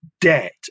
debt